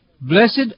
Blessed